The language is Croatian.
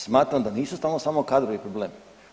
Smatram da nisu stalno samo kadrovi problem.